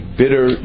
bitter